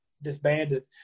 disbanded